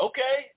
Okay